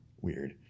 weird